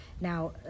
Now